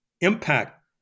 impact